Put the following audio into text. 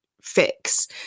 fix